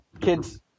Kids